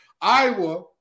Iowa